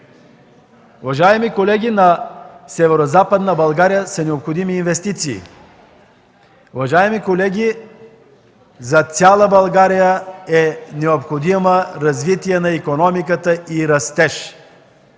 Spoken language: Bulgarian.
Уважаеми колеги, на Северозападна България са необходими инвестиции. Уважаеми колеги, за цяла България е необходимо развитие на икономиката и растеж!